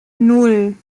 nan